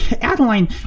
Adeline